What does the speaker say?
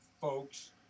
folks